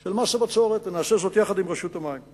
של מס הבצורת, ונעשה זאת יחד עם רשות המים.